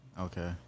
Okay